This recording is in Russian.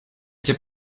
эти